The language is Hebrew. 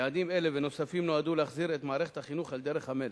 יעדים אלה ונוספים נועדו להחזיר את מערכת החינוך לדרך המלך.